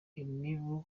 imibu